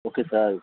okay sir